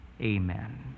Amen